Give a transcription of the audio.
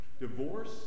divorce